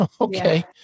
okay